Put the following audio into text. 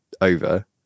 over